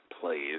please